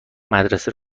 مدرسه